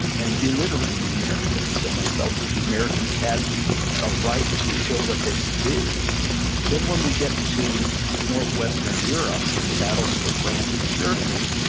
and belittling the americans. and they felt the americans had a right to show what they could do then when we get to northwestern europe in the battles for france and germany,